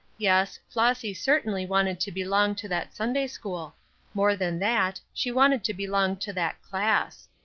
yes, flossy certainly wanted to belong to that sunday-school more than that, she wanted to belong to that class.